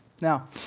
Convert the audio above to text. now